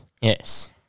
Yes